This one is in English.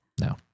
No